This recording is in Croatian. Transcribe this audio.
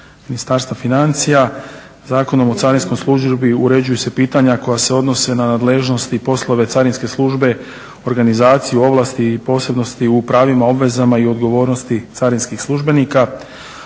Ministarstva financija. Zakonom o carinskoj službi uređuju se pitanja koja se odnose na nadležnost i poslove Carinske službe organizaciju, ovlasti i posebnosti u pravima i obvezama i odgovornosti carinskih službenika.